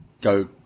go